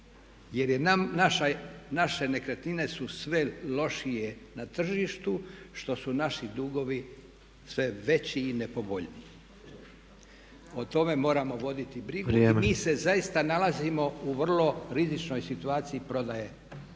je, naše nekretnine su sve lošije na tržištu što su naši dugovi sve veći i nepovoljniji. O tome moramo voditi brigu i mi se zaista nalazimo u vrlo rizičnoj situaciji prodaji